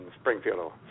Springfield